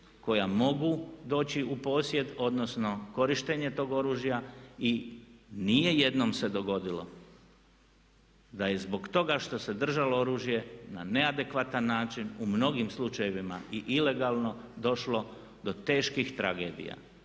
koja mogu doći u posjed, odnosno korištenje tog oružja i nije jednom se dogodilo da je zbog toga što se je držalo oružje na neadekvatan način u mnogim slučajevima i ilegalno došlo do teških tragedija.